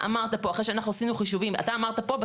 אחרי שאנחנו עשינו חישובים אתה אמרת פה,